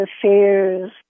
affairs